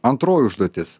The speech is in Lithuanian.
antroji užduotis